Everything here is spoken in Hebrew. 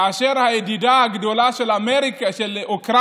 כאשר הידידה הגדולה של אוקראינה,